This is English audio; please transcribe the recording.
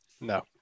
no